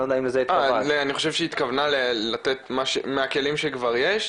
אני חושב שהיא התכוונה לתת מהכלים שכבר יש,